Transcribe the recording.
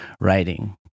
writing